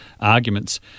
arguments